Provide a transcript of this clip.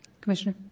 Commissioner